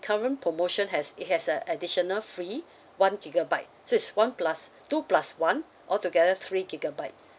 current promotion has it has a additional free one gigabyte so it's one plus two plus one altogether three gigabyte